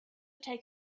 take